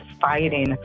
fighting